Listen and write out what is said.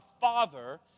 Father